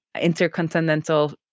intercontinental